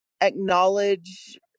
acknowledge